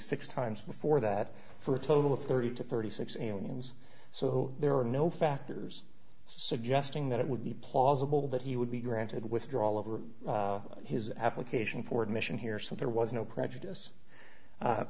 six times before that for a total of thirty to thirty six aliens so there are no factors suggesting that it would be plausible that he would be granted withdraw all over his application for admission here so there was no prejudice